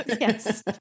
Yes